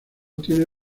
tiene